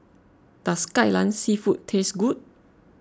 does Kai Lan Seafood taste good